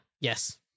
Yes